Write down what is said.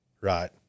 right